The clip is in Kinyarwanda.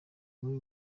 muri